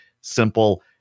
simple